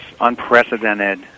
unprecedented